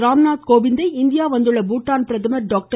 ராம்நாத் கோவிந்தை இந்தியா வந்துள்ள பூடான் பிரதமர் டாக்டர்